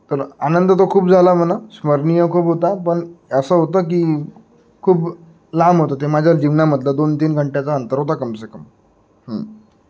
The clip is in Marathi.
तर आनंद तर खूप झाला म्हणा स्मरणीय खूप होता पण असं होतं की खूप लांब होतं ते माझ्या जीवनामधलं दोन तीन घंट्याचा अंतर होता कम से कम